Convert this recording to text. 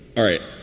all right,